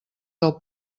del